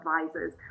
advisors